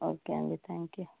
okay అండి thank you